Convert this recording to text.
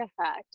effect